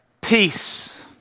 Peace